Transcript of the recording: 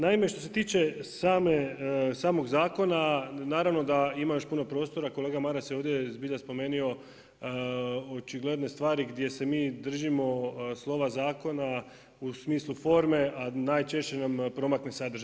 Naime, što se tiče samog zakona naravno da ima još puno prostora, kolega Maras je ovdje zbilja spomenuo očigledne stvari gdje se mi držimo slova zakona u smislu forme, a najčešće nam promakne sadržaj.